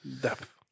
depth